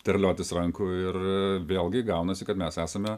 terliotis rankų ir vėlgi gaunasi kad mes esame